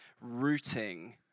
rooting